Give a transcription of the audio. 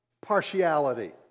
partiality